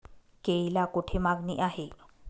केळीला कोठे मागणी आहे?